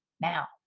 now